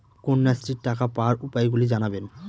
কন্যাশ্রীর টাকা পাওয়ার উপায়গুলি জানাবেন?